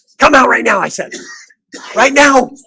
come out right now i said right now